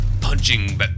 punching